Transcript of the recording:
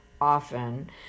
often